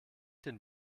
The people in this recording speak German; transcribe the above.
den